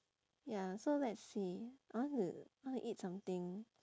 ya so let's see I want to I want to eat something